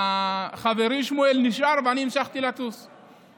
חברי שמואל נשאר ואני המשכתי לטיסה.